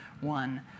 one